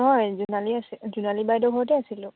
হয় জোনালী আছে জোনালী বাইদেউৰ ঘৰতে আছিলোঁ